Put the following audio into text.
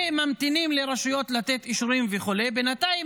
וממתינים לרשויות לתת אישורים וכו'; בינתיים